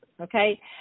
okay